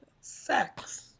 sex